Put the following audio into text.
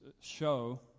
show